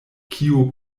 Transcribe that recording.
kiu